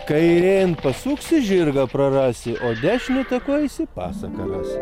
kairėn pasuksi žirgą prarasi o dešiniu taku eisi pasaką rasi